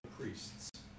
priests